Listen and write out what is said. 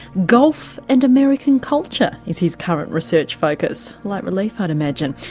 golf and american culture is his current research focus. light relief i'd imagine.